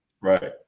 Right